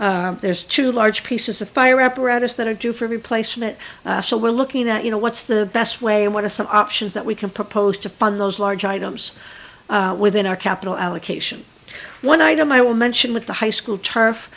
there's two large pieces of fire apparatus that are due for replacement so we're looking at you know what's the best way and what are some options that we can propose to fund those large items within our capital allocation one item i will mention with the high school